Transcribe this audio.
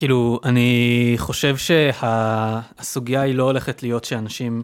כאילו אני חושב שה.. הסוגיה היא לא הולכת להיות שאנשים.